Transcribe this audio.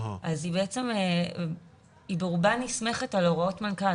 היא ברובה נסמכת על הוראות מנכ"ל.